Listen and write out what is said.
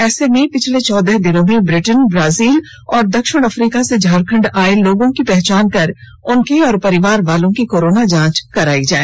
ऐसे में पिछले चौदह दिनों में ब्रिटेन ब्राजील और दक्षिण अफ्रीका से झारखंड आए लोगों की पहचान कर उनके और परिवार वालों की कोरोना जांच करायी जाए